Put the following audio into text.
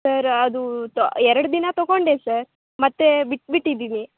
sir ಅದು ತೊ ಎರಡು ದಿನ ತಗೊಂಡೆ ಸರ್ ಮತ್ತು ಬಿಟ್ಬಿಟ್ಟಿದೀನಿ